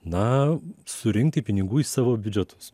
na surinkti pinigų į savo biudžetus